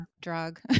drug